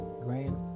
grand